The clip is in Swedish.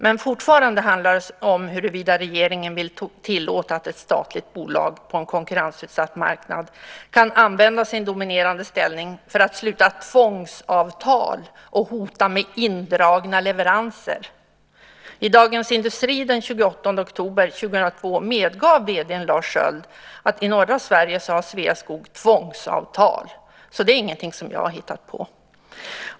Men fortfarande handlar det om huruvida regeringen vill tillåta att ett statligt bolag på en konkurrensutsatt marknad kan använda sin dominerande ställning för att sluta tvångsavtal och hota med indragna leveranser. I Dagens Industri den 28 oktober 2002 medgav vd Lars Sköld att i norra Sverige har Sveaskog tvångsavtal. Det är ingenting som jag har hittat på.